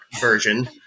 version